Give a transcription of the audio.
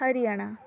Haryana